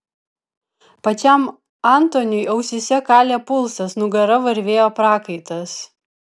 pačiam antoniui ausyse kalė pulsas nugara varvėjo prakaitas